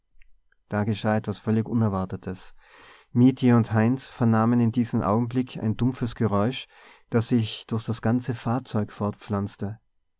da geschah etwas völlig unerwartetes mietje und heinz vernahmen in diesem augenblick ein dumpfes geräusch das sich durch das ganze fahrzeug fortpflanzte